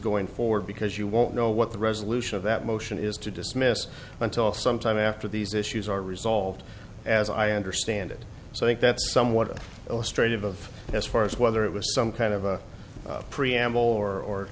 going forward because you won't know what the resolution of that motion is to dismiss until some time after these issues are resolved as i understand it so i think that's somewhat illustrated of as far as whether it was some kind of a preamble or